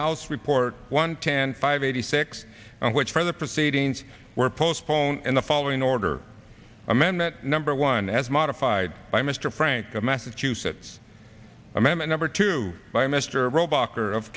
house report one ten five eighty six and which further proceedings were postponed in the following order amendment number one as modified by mr frank of massachusetts m m a number two by mr roebuck or of